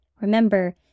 Remember